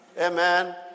Amen